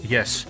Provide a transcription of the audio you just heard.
Yes